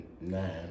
nine